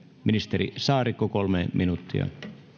ministeri saarikko kolme minuuttia